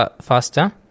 faster